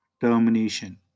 termination